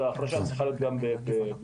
אז ההפרשה צריכה להיות גם בהתאם.